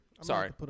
Sorry